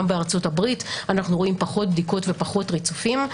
גם בארצות הברית אנו רואים פחות בדיקות ופחות רצפים,